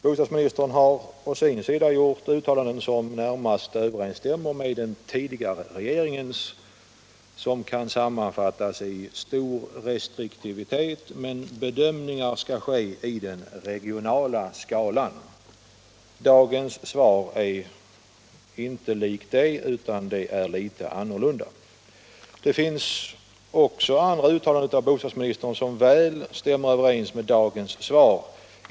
Bostadsministern har å sin sida tidigare gjort uttalanden som närmast överensstämmer med den förra regeringens och som kan sammanfattas så att man skall iaktta stor restriktivitet men att bedömningar skall ske i den regionala skalan. Dagens svar är inte likt dessa uttalanden utan är annorlunda. Nu är det så, att det finns andra uttalanden av bostadsministern som väl stämmer överens med dagens svar.